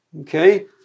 Okay